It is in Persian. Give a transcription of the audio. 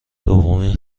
دومین